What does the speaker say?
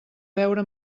veure